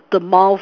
the mouth